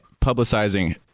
publicizing